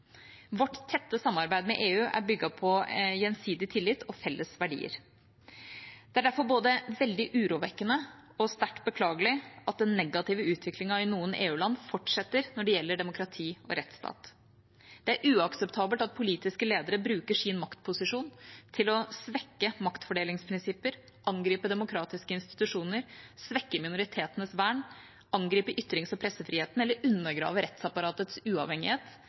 Vårt tette samarbeid med EU er bygget på gjensidig tillit og felles verdier. Det er derfor både veldig urovekkende og sterkt beklagelig at den negative utviklingen i noen EU-land fortsetter når det gjelder demokrati og rettsstat. Det er uakseptabelt at politiske ledere bruker sin maktposisjon til å svekke maktfordelingsprinsipper, angripe demokratiske institusjoner, svekke minoriteters vern, angripe ytrings- og pressefriheten eller undergrave rettsapparatets uavhengighet,